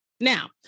Now